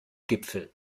gipfel